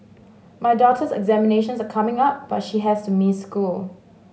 my daughter's examinations are coming up but she has to miss school